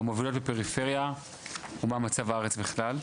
המובילות בפריפריה ומה מצב הארץ בכלל,